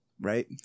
right